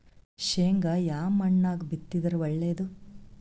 ಶೇಂಗಾ ಯಾ ಮಣ್ಣಾಗ ಬಿತ್ತಿದರ ಒಳ್ಳೇದು?